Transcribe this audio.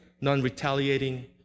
non-retaliating